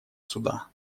суда